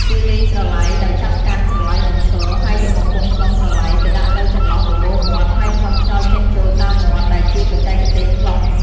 គេលេងស្រឡៃដោយចាប់កាន់ស្រឡៃបញ្ឈរ ហើយយកបំពង់ផ្លុំស្រឡៃទៅដាក់នៅចន្លោះបបូរមាត់ ហើយផ្លុំខ្យល់ចេញចូលតាមមាត់ ដែលជាបច្ចេកទេសផ្លុំ។